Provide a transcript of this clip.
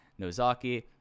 Nozaki